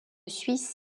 suisse